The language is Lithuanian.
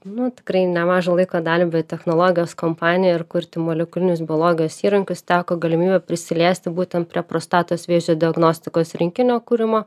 nu tikrai nemažą laiko dalį biotechnologijos kompanijoj ir kurti molekulinės biologijos įrankius teko galimybė prisiliesti būtent prie prostatos vėžio diagnostikos rinkinio kūrimo